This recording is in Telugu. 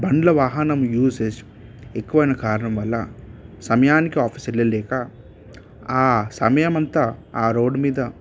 బండ్ల వాహనం యూసెజ్ ఎక్కువ అయిన కారణంగా వల్ల సమయానికి ఆఫీసు వెళ్ళలేక ఆ సమయం అంత ఆ రోడ్డు మీద